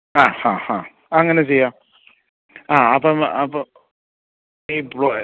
ആ ആ ആ അങ്ങനെ ചെയ്യാം ആ അപ്പം അപ്പോൾ ഈ പ്ലോട്ട്